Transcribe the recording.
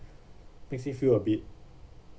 makes me feel a bit